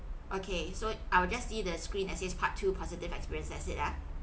okay so I will just see the screen that say part two positive experience that's it ah